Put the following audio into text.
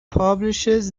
publishes